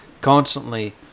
constantly